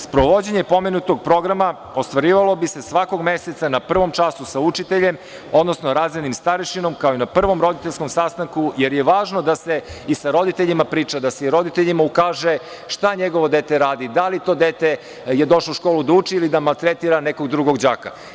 Sprovođenje pomenutog programa ostvarivalo bi se svakog meseca na prvom času sa učiteljem, odnosno razrednim starešinom, kao i na prvom roditeljskom sastanku, jer je važno da se i sa roditeljima priča, da se i roditeljima ukaže šta njegovo dete radi, da li to dete je došlo u školu da uči ili da maltretira nekog drugog đaka.